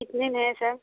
कितने में है सर